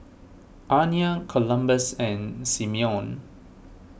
Aniya Columbus and Simeon